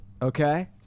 Okay